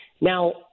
Now